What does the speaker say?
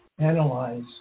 analyze